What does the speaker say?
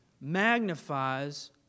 magnifies